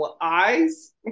eyes